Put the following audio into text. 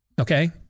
Okay